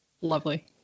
Lovely